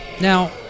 Now